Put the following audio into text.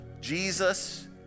Jesus